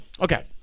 Okay